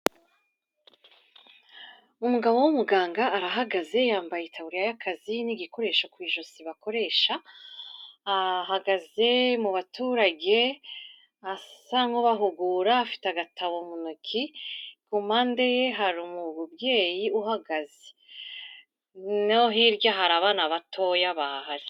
Umugabo w'umuganga arahagaze, yambaye itaburiya y'akazi n'igikoresho ku ijosi bakoresha, ahagaze mu baturage asa nk'ubahugura afite agatabo mu ntoki, ku mpande ye hari umubyeyi uhagaze. No hirya hari abana batoya bahari.